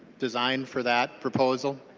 design for that proposal?